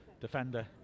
Defender